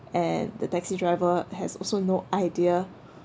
and the taxi driver has also no idea